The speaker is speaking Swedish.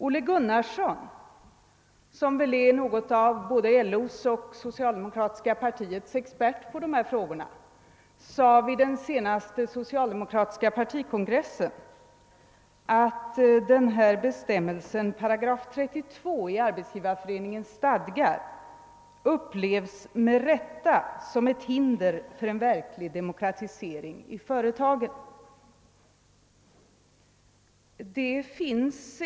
Olle Gunnarsson, som väl är något av både LO:s och socialdemokratiska partiets expert på dessa frågor, sade vid den senaste socialdemokratiska partikongressen att 8 32 i Arbetsgivareföreningens stadgar med rätta upplevs som ett hinder för en verklig demokratisering i företagen.